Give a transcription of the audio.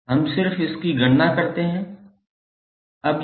हम सिर्फ इसकी गणना करते हैं